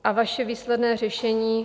A vaše výsledné řešení?